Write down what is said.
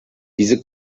diese